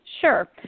Sure